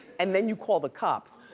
and then you call the cops.